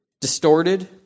distorted